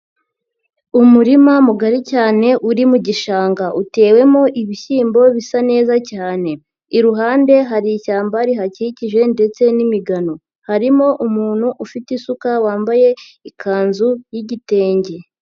Umurima mugari cyane uri mu gishanga utewemo ibishyimbo bisa neza cyane, iruhande hari ishyamba rihakikije ndetse n'imigano, harimo umuntu ufite isuka wambaye ikanzu y'igitenge.